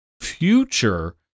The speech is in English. future